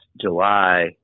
July